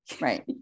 right